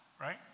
right